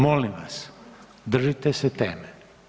Molim vas držite se teme.